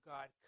God